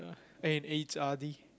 ya and